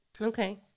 Okay